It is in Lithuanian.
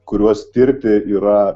kuriuos tirti yra